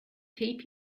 keep